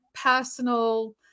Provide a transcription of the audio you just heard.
personal